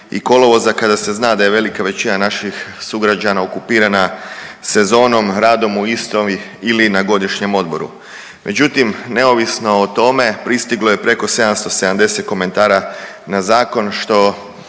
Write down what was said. i kolovoza kada se zna da je velika većina naših sugrađana okupirana sezonom, radom u istom ili na godišnjem odmoru. Međutim, neovisno o tome pristiglo je preko 770 komentara na zakon što